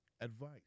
Advice